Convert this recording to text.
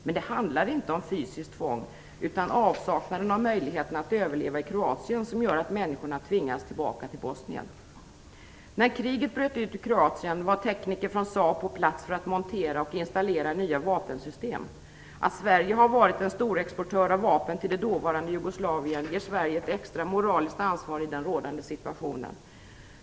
Men det handlar inte om fysiskt tvång, utan det är avsaknaden av möjlighet att överleva i Kroatien som gör att människorna tvingas tillbaka till Bosnien. När kriget bröt ut i Kroatien var tekniker från Saab på plats för att montera och installera nya vapensystem. Att Sverige har varit en storexportör av vapen till det dåvarande Jugoslavien ger Sverige ett extra moraliskt ansvar i den rådande situationen.